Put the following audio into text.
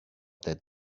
their